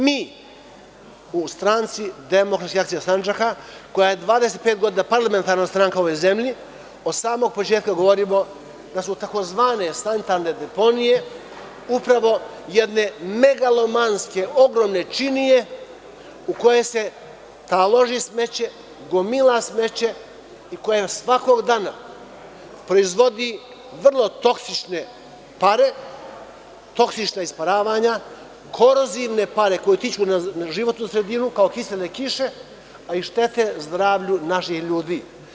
Mi u SDA Sandžaka, koja je 25 godina parlamentarna stranka u ovoj zemlji, od samog početka govorimo da su tzv. sanitarne deponije upravo jedne megalomanske, ogromne činije u koje se taloži smeće, gomila smeće i koje svakog dana proizvodi vrlo toksične pare, toksična isparavanja, korozivne pare koje utiču na životnu sredinu, kao kisele kiše, a i štete zdravlju naših ljudi.